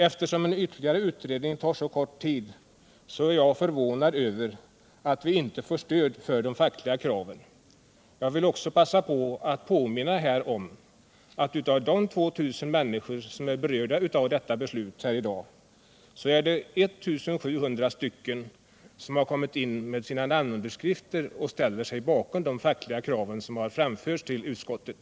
Eftersom en ytterligare utredning tar så kort tid är jag förvånad över att vi inte får stöd för de fackliga kraven. Jag vill också passa på att påminna om att av de 2000 människor som berörs av beslutet här i dag har 1 700 kommit in med sina namnunderskrifter och ställt sig bakom de fackliga krav som har framförts till utskottet.